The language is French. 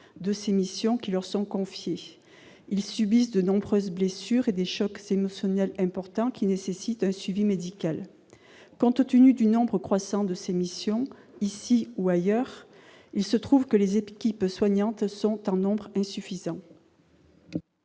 des missions qui leur sont confiées. Ils subissent de nombreuses blessures et des chocs émotionnels importants qui nécessitent un suivi médical. Compte tenu du nombre croissant de ces missions, ici ou ailleurs, les équipes soignantes sont en nombre insuffisant.